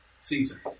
Caesar